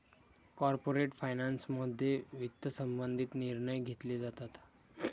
corporate फायनान्समध्ये वित्त संबंधित निर्णय घेतले जातात